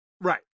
right